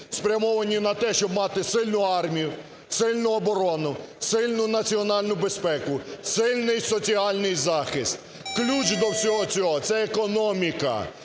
спрямовані на те, щоб мати соціальну армію, сильну оборону, сильну національну безпеку, сильний соціальний захист. Ключ до всього цього – це економіка,